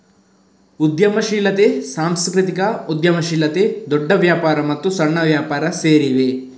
ಉದ್ಯಮಶೀಲತೆ, ಸಾಂಸ್ಕೃತಿಕ ಉದ್ಯಮಶೀಲತೆ, ದೊಡ್ಡ ವ್ಯಾಪಾರ ಮತ್ತು ಸಣ್ಣ ವ್ಯಾಪಾರ ಸೇರಿವೆ